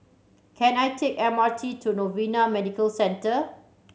can I take M R T to Novena Medical Centre